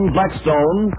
Blackstone